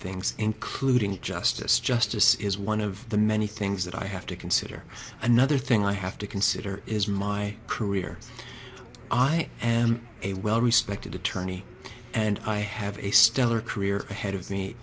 things including justice justice is one of the many things that i have to consider another thing i have to consider is my career i am a well respected attorney and i have a stellar career ahead of me